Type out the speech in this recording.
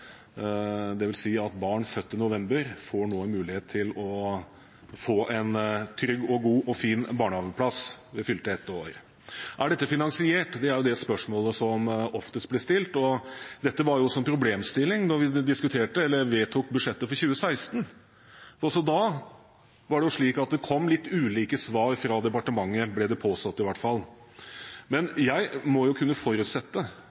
si at barn født i november får mulighet til å få en trygg og god og fin barnehageplass ved fylte ett år. Er dette finansiert? Det er det spørsmålet som oftest blir stilt. Dette var også problemstillingen da vi diskuterte eller vedtok budsjettet for 2016. Også da var det slik at det kom litt ulike svar fra departementet, ble det påstått, i hvert fall. Men jeg må kunne forutsette